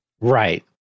Right